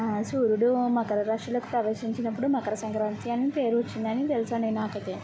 సూర్యుడూ మకరరాశిలోకి ప్రవేశించినప్పుడు మకర సంక్రాంతి అని పేరు వచ్చిందని తెలుసండి నాకయితే